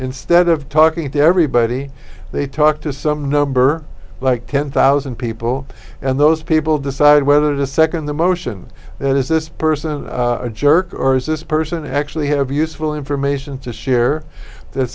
instead of talking to everybody they talk to some number like ten thousand people and those people decide whether to nd the motion that is this person a jerk or is this person to actually have useful information to share that